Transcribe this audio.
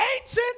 ancient